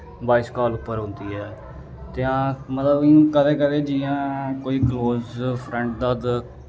voice call उप्पर होंदी ऐ ते हां मतलब कदें कदें जियां कोई क्लोज़ फ्रैंड दा